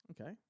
Okay